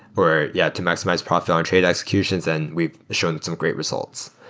or yeah to maximize profit on trade executions. and we've shown some great results.